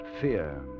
fear